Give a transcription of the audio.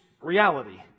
reality